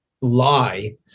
lie